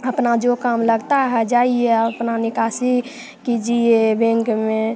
अपना जो काम लगता है जाइए अपना निकासी कीजिए बैंक में